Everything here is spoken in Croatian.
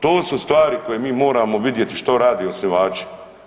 To su stvari koje mi moramo vidjeti što rade osnivači.